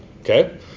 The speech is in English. Okay